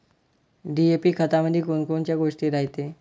DAP खतामंदी कोनकोनच्या गोष्टी रायते?